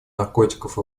наркотиков